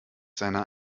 seiner